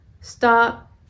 Stop